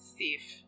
safe